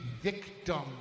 victim